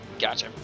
gotcha